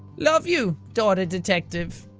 love you, daughter detective!